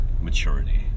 maturity